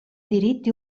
diritti